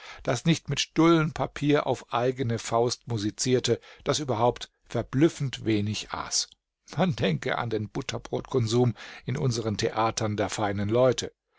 das nicht mit stullenpapier auf eigene faust musizierte das überhaupt verblüffend wenig aß man denke an den butterbrotkonsum in unseren theatern der feinen leute